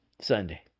Sunday